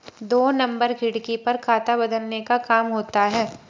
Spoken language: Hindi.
दो नंबर खिड़की पर खाता बदलने का काम होता है